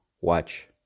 watch